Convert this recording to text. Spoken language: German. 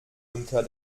unter